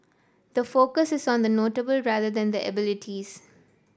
the focus is on the not able rather than the abilities